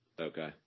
Okay